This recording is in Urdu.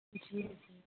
جی جی